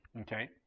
okay